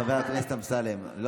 חבר הכנסת אמסלם.